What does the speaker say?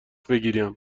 بگیرم